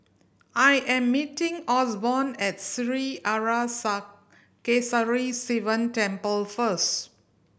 I am meeting Osborne at Sri Arasakesari Sivan Temple first